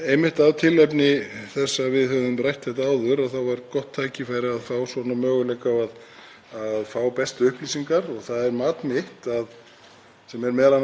sem er m.a. byggt á upplýsingum frá Vegagerðinni, að það sem af er þessu ári hafi tekist eins vel og hægt er að ætlast til að halda Hellisheiðinni opinni.